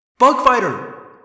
Bugfighter